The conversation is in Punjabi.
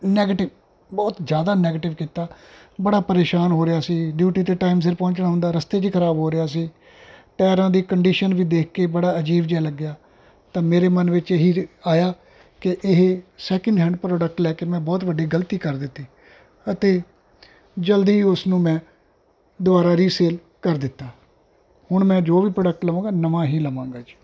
ਨੈਗਟਿਵ ਬਹੁਤ ਜ਼ਿਆਦਾ ਕੀਤਾ ਬੜਾ ਪਰੇਸ਼ਾਨ ਹੋ ਰਿਹਾ ਸੀ ਡਿਊਟੀ 'ਤੇ ਟਾਈਮ ਸਿਰ ਪਹੁੰਚਣਾ ਹੁੰਦਾ ਰਸਤੇ 'ਚ ਖਰਾਬ ਹੋ ਰਿਹਾ ਸੀ ਟਾਇਰਾਂ ਦੀ ਕੰਡੀਸ਼ਨ ਵੀ ਦੇਖ ਕੇ ਬੜਾ ਅਜੀਬ ਜਿਹਾ ਲੱਗਿਆ ਤਾਂ ਮੇਰੇ ਮਨ ਵਿੱਚ ਇਹੀ ਆਇਆ ਕਿ ਇਹ ਸੈਕਿੰਡ ਹੈਂਡ ਪ੍ਰੋਡਕਟ ਲੈ ਕੇ ਮੈਂ ਬਹੁਤ ਵੱਡੀ ਗਲਤੀ ਕਰ ਦਿੱਤੀ ਅਤੇ ਜਲਦੀ ਉਸ ਨੂੰ ਮੈਂ ਦੁਬਾਰਾ ਰੀਸੇਲ ਕਰ ਦਿੱਤਾ ਹੁਣ ਮੈਂ ਜੋ ਵੀ ਪ੍ਰੋਡਕਟ ਲਵਾਂਗਾ ਨਵਾਂ ਹੀ ਲਵਾਂਗਾ ਜੀ